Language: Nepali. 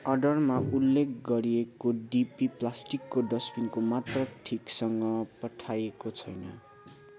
अर्डरमा उल्लेख गरिएको डिपी प्लास्टिकको डस्टबिनको मात्रा ठिकसँग पठाइएको छैन